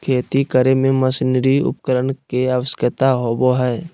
खेती करे में मशीनरी उपकरण के आवश्यकता होबो हइ